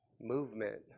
movement